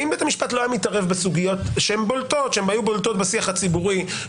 אם בית המשפט לא היה מתערב בסוגיות שהיו בולטות בשיח הציבורי,